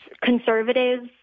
conservatives